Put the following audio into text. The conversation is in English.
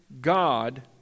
God